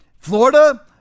Florida